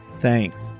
Thanks